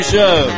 Show